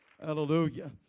Hallelujah